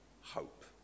hope